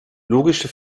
logische